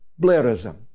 Blairism